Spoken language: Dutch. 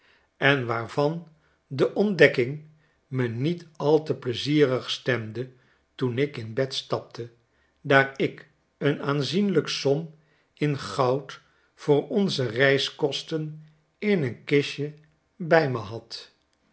en waarvan de ontdekking me niet al te peizierigstemde toenik in bed stapte daar ik een aanzienlijke som in goud voor onze reiskosten in een kistje bij me had